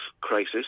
crisis